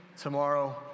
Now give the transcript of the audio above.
tomorrow